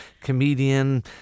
comedian